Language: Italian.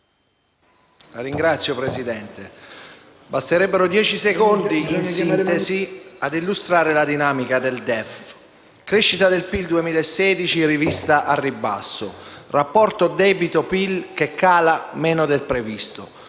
Signor Presidente, basterebbero dieci secondi, in sintesi, per illustrare la dinamica del DEF: crescita del PIL 2016 rivista al ribasso; rapporto debito-PIL che cala meno del previsto;